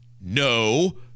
no